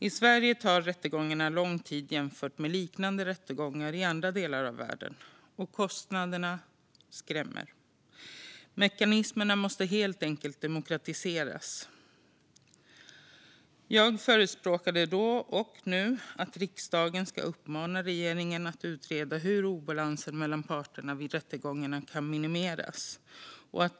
I Sverige tar rättegångarna lång tid jämfört med liknande rättegångar i andra delar av världen, och kostnaderna skrämmer. Mekanismerna måste helt enkelt demokratiseras. Stärkt skydd för geo-grafiska beteckningar och tydligare regler vid registrering av varumärken och före-tagsnamn i ond tro Jag förespråkade då och förespråkar nu att riksdagen ska uppmana regeringen att utreda hur obalansen mellan parterna vid rättegångar kan minimeras.